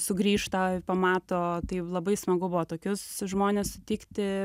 sugrįžta pamato tai labai smagu buvo tokius žmones sutikti